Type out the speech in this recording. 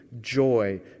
joy